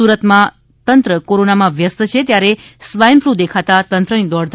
સુરતમાં તંત્ર કોરોનામાં વ્યસ્ત છે ત્યારે સ્વાઇન ફ્લૂ દેખાતા તંત્રની દોડધામ વધી ગઇ છે